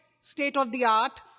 state-of-the-art